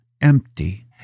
empty